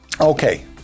Okay